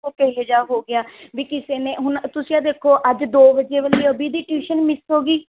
ਉਹ ਕਿਹੋ ਜਿਹਾ ਹੋ ਗਿਆ ਵਈ ਕਿਸੇ ਨੇ ਹੁਣ ਤੁਸੀਂ ਅੱਜ ਦੇਖੋ ਅੱਜ ਦੋ ਵਜੇ ਵਾਲੀ ਅਭੀ ਦੀ ਟਿਊਸ਼ਨ ਮਿਸ ਹੋ ਗਈ